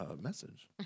message